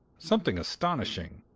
something astonishing.